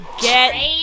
Get